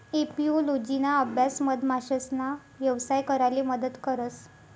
एपिओलोजिना अभ्यास मधमाशासना यवसाय कराले मदत करस